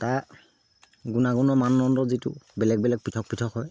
তাৰ গুণাগুণৰ মানদণ্ডৰ যিটো বেলেগ বেলেগ পৃথক পৃথক হয়